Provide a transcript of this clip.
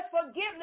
forgiveness